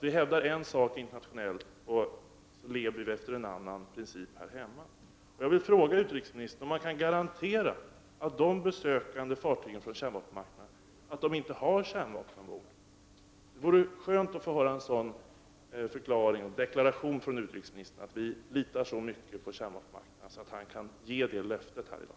Vi hävdar en sak internationellt, sedan lever vi efter en annan princip här hemma. Kan utrikesministern garantera att besökande fartyg från kärnvapenmakter inte har kärnvapen ombord? Det vore skönt att få höra en deklaration från utrikesministern om att han litar så mycket på kärnvapenmakterna att han kan ge det löftet i dag.